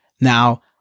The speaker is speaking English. Now